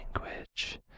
language